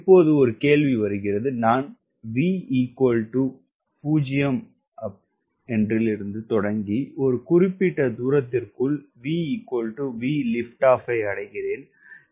இப்போது கேள்வி வருகிறது நாங்கள் V0விலிருந்து தொடங்கி ஒரு குறிப்பிட்ட தூரத்திற்குள் VVLOஐ அடைகிறோம்